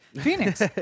Phoenix